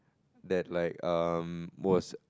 that like um was